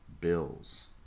bills